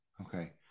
okay